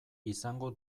izango